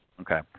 Okay